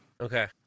Okay